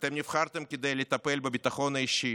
אתם נבחרתם כדי לטפל בביטחון האישי,